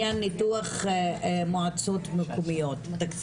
הנושא של תקצוב מגדרי או ניתוח מגדרי של התקציב.